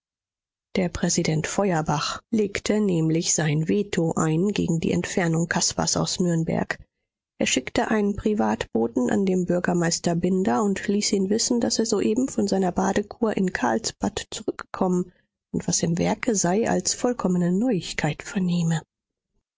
der präsident feuerbach legte nämlich sein veto ein gegen die entfernung caspars aus nürnberg er schickte einen privatboten an den bürgermeister binder und ließ ihn wissen daß er soeben von seiner badekur in karlsbad zurückgekommen und was im werke sei als vollkommene neuigkeit vernehme